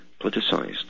politicized